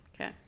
okay